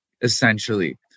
essentially